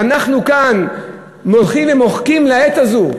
ואנחנו הולכים ומוחקים לעת הזו,